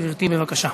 גברתי, בבקשה.